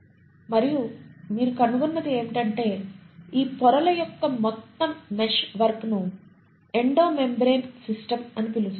మరియు మీరు కనుగొన్నది ఏమిటంటే ఈ పొరల యొక్క మొత్తం మెష్ వర్క్ ను ఎండో మెమ్బ్రేన్ సిస్టమ్ అని పిలుస్తారు